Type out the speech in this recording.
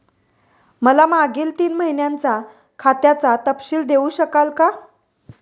मला मागील तीन महिन्यांचा खात्याचा तपशील देऊ शकाल का?